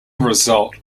result